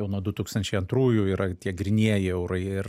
jau nuo du tūkstančiai antrųjų yra tie grynieji eurai ir